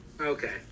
Okay